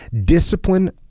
discipline